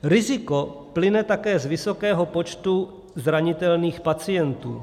Riziko plyne také z vysokého počtu zranitelných pacientů.